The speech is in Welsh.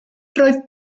roedd